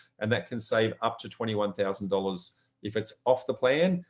and that can save up to twenty one thousand dollars if it's off the plan,